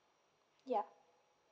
ya